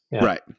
Right